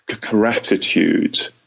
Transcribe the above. gratitude